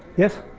yes.